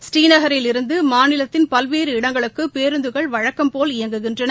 ஸ்ரீநகரில் இருந்து மாநிலத்தின் பல்வேறு இடங்களுக்கு பேருந்துகள் வழக்கம் போல் இயங்குகின்றன